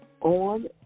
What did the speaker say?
on